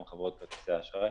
גם חברות כרטיסי האשראי,